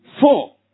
Four